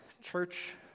church